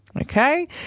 Okay